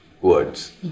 words